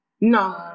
No